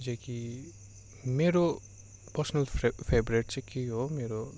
जे कि मेरो पर्सनल फेव फेवरेट चाहिँ के हो मेरो